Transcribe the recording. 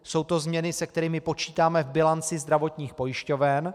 Jsou to změny, se kterými počítáme v bilanci zdravotních pojišťoven.